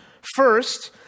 First